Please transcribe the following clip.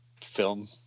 film